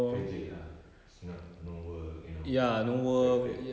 kerja ah it's not no work you know affected